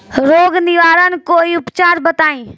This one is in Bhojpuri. रोग निवारन कोई उपचार बताई?